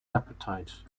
appetite